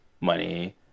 money